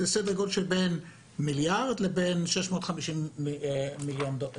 זה בערך 1 מיליארד לבין 650 מיליון שקל.